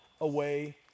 away